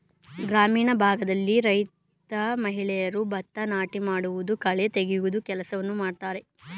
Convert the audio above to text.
ಗ್ರಾಮೀಣ ಭಾಗದಲ್ಲಿ ರೈತ ಮಹಿಳೆಯರು ಭತ್ತ ನಾಟಿ ಮಾಡುವುದು, ಕಳೆ ತೆಗೆಯುವ ಕೆಲಸವನ್ನು ಮಾಡ್ತರೆ